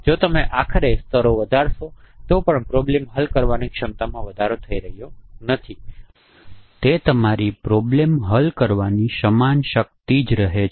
જો તમે આખરે સ્તરો વધારશો તો પણ તે પ્રોબ્લેમ હલ કરવાની ક્ષમતામાં વધારો થઈ રહ્યો નથી તે તમારી પ્રોબ્લેમ હલ કરવાની સમાન શક્તિ જ રહે છે